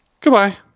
Goodbye